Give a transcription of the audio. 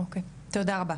אוקי, תודה רבה.